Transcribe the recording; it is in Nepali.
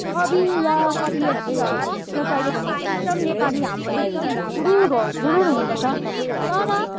कवि या कवियत्रीहरूको सोचाइले पनि एकदम नेपाली हाम्रो एकदम गुरुर हो गुरुर हुनुपर्छ तर